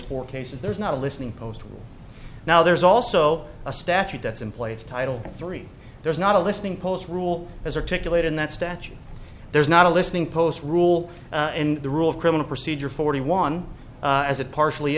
court cases there's not a listening post now there's also a statute that's in place title three there's not a listening post rule as articulate in that statute there's not a listening post rule and the rule of criminal procedure forty one as it partially